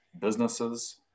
businesses